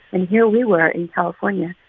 and here we were in california.